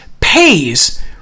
pays